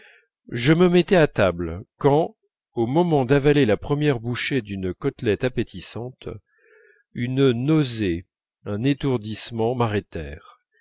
je me mettais à table quand au moment d'avaler la première bouchée d'une côtelette appétissante une nausée un étourdissement